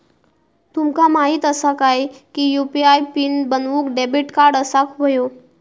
तुमका माहित असा काय की यू.पी.आय पीन बनवूक डेबिट कार्ड असाक व्हयो